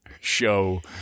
show